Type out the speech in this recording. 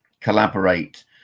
collaborate